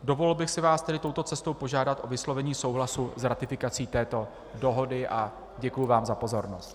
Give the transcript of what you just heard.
Dovolil bych si vás tady touto cestou požádat o vyslovení souhlasu s ratifikací této dohody a děkuji vám za pozornost.